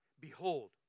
Behold